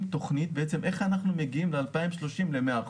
תכנית איך אנחנו מגיעים ב-2030 ל-100%.